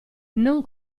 non